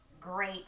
great